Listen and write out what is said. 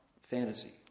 fantasy